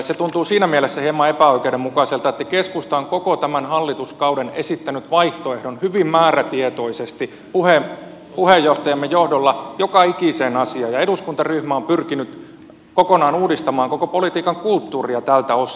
se tuntuu siinä mielessä hieman epäoikeudenmukaiselta että keskusta on koko tämän hallituskauden esittänyt vaihtoehdon hyvin määrätietoisesti puheenjohtajamme johdolla joka ikiseen asiaan ja eduskuntaryhmä on pyrkinyt kokonaan uudistamaan koko politiikan kulttuuria tältä osin